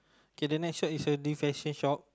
K the next shop is new fashion shop